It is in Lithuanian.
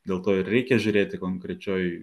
dėl to ir reikia žiūrėti konkrečioj